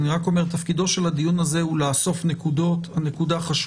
אבל תפקידו של הדיון הזה הוא לאסוף נקודות להמשך.